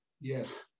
Yes